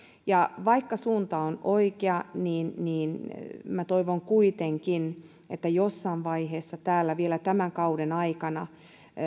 ja vaikka suunta on oikea niin niin minä toivon kuitenkin että jossain vaiheessa täällä vielä tämän kauden aikana